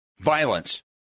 Violence